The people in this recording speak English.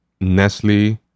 Nestle